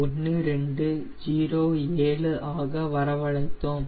1207 ஆக வரவழைத்தோம்